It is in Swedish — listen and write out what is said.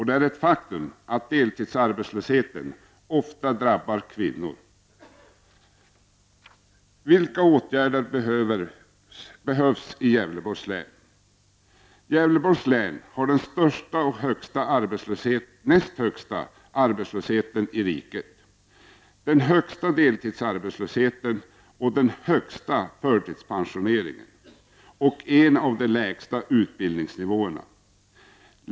Det är ett faktum att deltidsarbetslösheten oftast drabbar kvinnorna. Vilka åtgärder behövs? Gävleborgs län har den näst högsta arbetslösheten i riket, den högsta deltidsarbetslösheten, den högsta förtidspensioneringen och en av de lägsta utbildningsnivåerna.